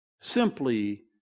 Simply